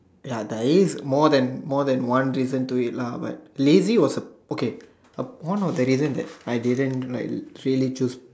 ya that if more than more than one reason to it lah but lazy was the okay a one of the reason that I didn't like really choose